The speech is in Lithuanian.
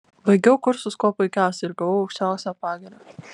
baigiau kursus kuo puikiausiai ir gavau aukščiausią pagyrą